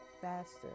faster